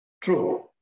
True